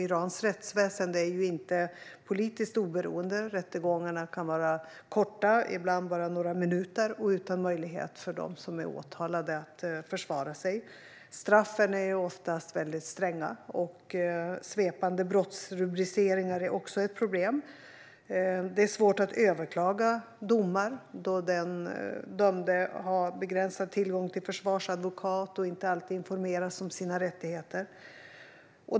Irans rättsväsen är ju inte politiskt oberoende. Rättegångarna kan vara korta - ibland bara några minuter - och utan möjlighet för de åtalade att försvara sig. Straffen är oftast väldigt stränga, och svepande brottsrubriceringar är ett problem. Det är svårt att överklaga domar, då den dömde har begränsad tillgång till försvarsadvokat och inte alltid informeras om sina rättigheter.